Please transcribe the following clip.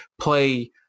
play